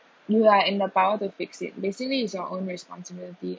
you are in the power to fix it basically is your own responsibility